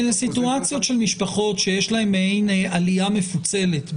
אלה סיטואציות של משפחות שיש להן מעין עלייה מפוצלת.